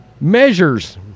measures